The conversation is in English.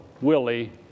Willie